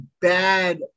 bad